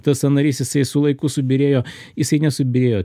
tas sąnarys jisai su laiku subyrėjo jisai nesubyrėjo